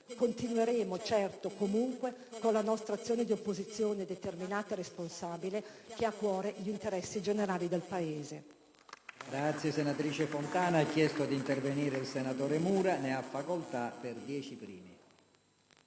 Continueremo comunque con la nostra azione di opposizione determinata e responsabile che ha a cuore gli interessi generali del Paese.